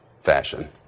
fashion